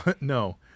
No